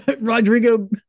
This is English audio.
Rodrigo